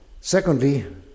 Secondly